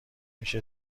میشه